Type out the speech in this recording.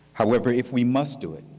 however, if we must do it,